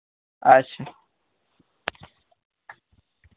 अच्छा